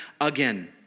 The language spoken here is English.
again